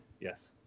yes